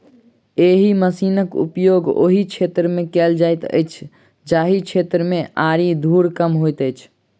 एहि मशीनक उपयोग ओहि क्षेत्र मे कयल जाइत अछि जाहि क्षेत्र मे आरि धूर कम होइत छै